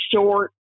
short